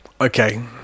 Okay